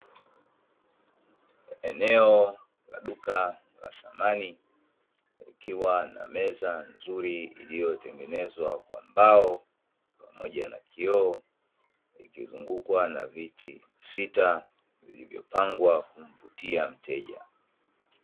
Eneo la duka la samani, likiwa na meza nzuri iliyotengenezwa kwa mbao pamoja na kioo, ikizungukwa na viti sita vilivyopangwa kumvutia mteja.